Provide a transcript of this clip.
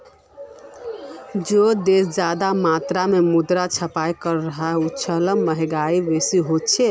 जे देश ज्यादा मात्रात मुद्रा छपाई करोह उछां महगाई बेसी होछे